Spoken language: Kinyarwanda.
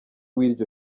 w’iryo